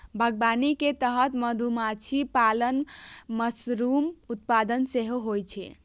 बागवानी के तहत मधुमाछी पालन, मशरूम उत्पादन सेहो होइ छै